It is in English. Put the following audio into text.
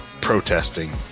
protesting